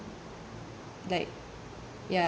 like ya